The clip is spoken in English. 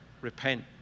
repent